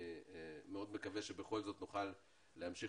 אני מאוד מקווה שבכל זאת נוכל להמשיך